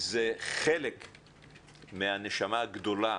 זה חלק מהנשמה הגדולה